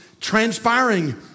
transpiring